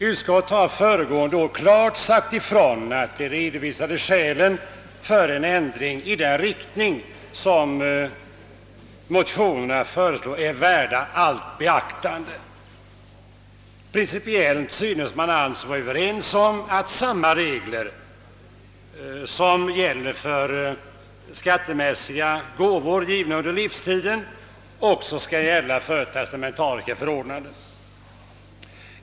Utskottet har föregående år klart sagt ifrån, att de redovisade skälen för en ändring i den riktning som i motionerna föreslås är värda allt beaktande. Principiellt synes man alltså vara överens om att samma regler som gäller för gåvor, givna under livstiden, också skall gälla för testamentariska förordnanden.